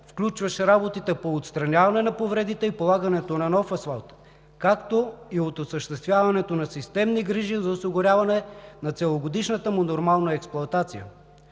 включващ работите по отстраняване на повредите и полагането на нов асфалт, както и от осъществяването на системни грижи за осигуряване на целогодишната му нормална експлоатация.